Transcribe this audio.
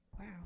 wow